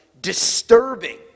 disturbing